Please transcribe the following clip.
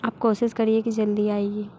आप कोशिश करिए कि जल्दी आइए